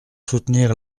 soutenir